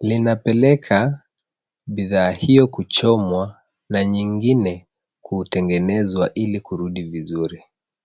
Linapeleka bidhaa hiyo kuchomwa na nyingine kutengenezwa ili kurudi vizuri.